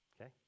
okay